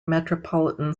metropolitan